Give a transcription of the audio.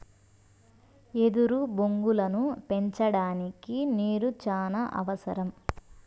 ఎదురు బొంగులను పెంచడానికి నీరు చానా అవసరం